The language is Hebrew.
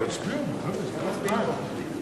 ההצעה להעביר את הצעת חוק שירות ביטחון (תיקון מס' 18),